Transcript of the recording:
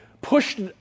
pushed